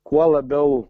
kuo labiau